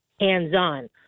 hands-on